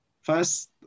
first